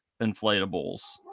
inflatables